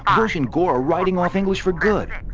um bush and gore are writing off english for good.